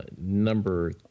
Number